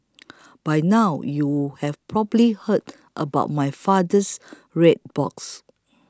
by now you have probably heard about my father's red box